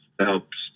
helps